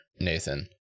Nathan